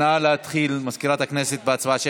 נא להתחיל, מזכירת הכנסת, בהצבעה שמית.